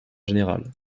général